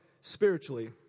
spiritually